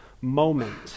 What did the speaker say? moment